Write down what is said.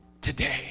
today